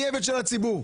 אני עבד של הציבור,